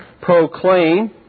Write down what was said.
proclaim